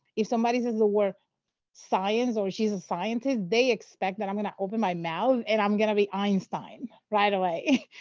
if somebody says the word science or she's a scientist, they expect that i'm going to open my mouth, and i'm going to be einstein right away.